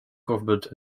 government